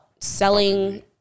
selling